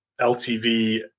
LTV